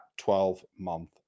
12-month